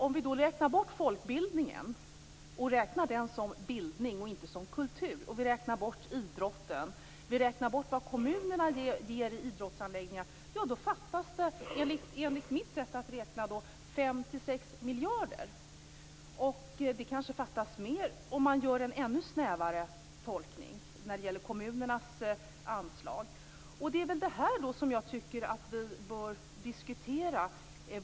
Om vi räknar bort folkbildningen - och räknar den som bildning och inte som kultur - och vi räknar bort idrotten - och vad kommunerna ger till idrottsanläggningar - fattas det enligt mitt sätt att räkna 5-6 miljarder. Det kanske fattas mer om man gör en ännu snävare tolkning när det gäller kommunernas anslag. Det är detta som jag tycker att vi bör diskutera.